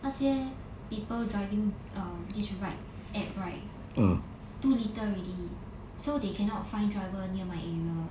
那些 people driving err this ride app right too little already so they cannot find driver near my area